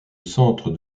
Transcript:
centre